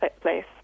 place